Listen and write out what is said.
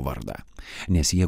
vardą nes jie